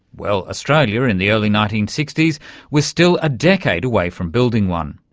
well, australia in the early nineteen sixty s was still a decade away from building one.